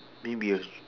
maybe a